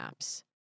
apps